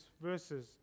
verses